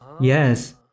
Yes